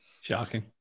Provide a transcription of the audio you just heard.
Shocking